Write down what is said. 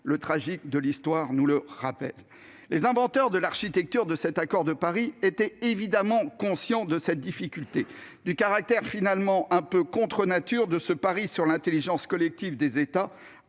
le tragique de l'Histoire nous le rappelle. Les inventeurs de l'architecture de cet accord de Paris étaient évidemment conscients de cette difficulté, du caractère finalement un peu contre nature de ce pari sur l'intelligence collective des États